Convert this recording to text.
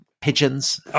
pigeons